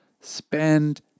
Spend